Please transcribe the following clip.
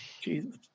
Jesus